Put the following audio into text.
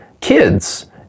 kids